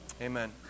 Amen